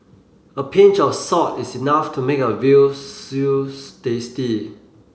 a pinch of salt is enough to make a veal stews tasty